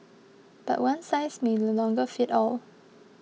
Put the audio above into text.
but one size may no longer fit all